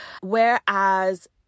whereas